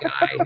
Guy